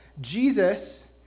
Jesus